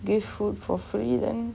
give food for free then